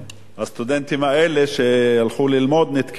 הסטודנטים האלה, שהלכו ללמוד, נתקעו שם